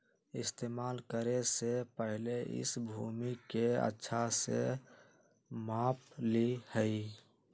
इस्तेमाल करे से पहले इस भूमि के अच्छा से माप ली यहीं